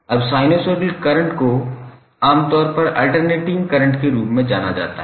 अब sinusoidal current को आमतौर पर अल्टेरनेटिंग करंट के रूप में जाना जाता है